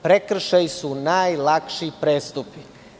Prekršaji su najlakši prestupi.